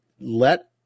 let